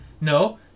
No